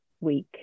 week